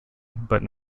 but